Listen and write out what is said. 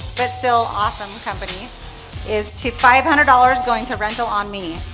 but still awesome company is to five hundred dollars going to rental on me.